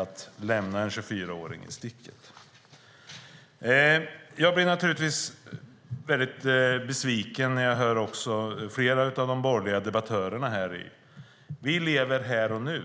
att lämna en 24-åring i sticket. När jag hör flera av de borgerliga debattörerna blir jag besviken. Vi lever här och nu.